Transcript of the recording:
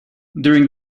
during